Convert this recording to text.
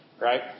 Right